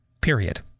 period